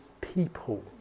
people